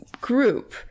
group